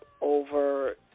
over